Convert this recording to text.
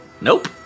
nope